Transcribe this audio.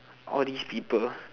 all these people